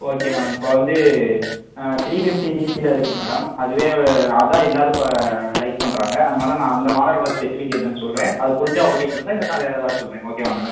okay madam இப்போது வந்து three fifty சிசியில் இருக்குது மேடம் அதுவே அதுதான் எல்லாேரும் இப்போ லைக் பண்ணுறாங்க அதனால் நான் அந்த மாடலோடய ஸ்பெசிஃபிகேசன் சொல்கிறேன் அது பிடிச்சா ஓகே சொல்லுங்கள் இல்லைன்னா வேறு ஏதாவது சொல்கிறேன் ஓகேவா மேடம்